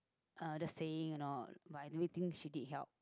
uh the saying you know by do it thing she did help